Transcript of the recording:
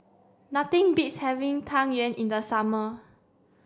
nothing beats having Tang Yuen in the summer